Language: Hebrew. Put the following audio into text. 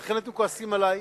ולכן אתם כועסים עלי,